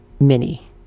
mini